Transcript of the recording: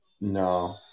no